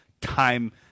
time